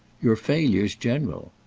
your failure's general.